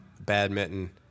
badminton